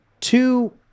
two